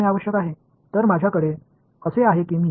அதனால் நான் வலது புறத்தில் ஒரு கர்ல் எடுக்கப் போகிறேன்